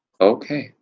Okay